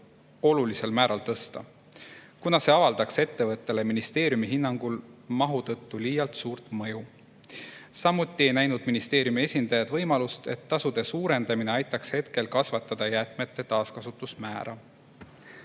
olulisel määral tõsta, kuna see avaldaks ministeeriumi hinnangul ettevõttele mahu tõttu liialt suurt mõju. Samuti ei näinud ministeeriumi esindajad, et tasude suurendamine aitaks hetkel kasvatada jäätmete taaskasutust.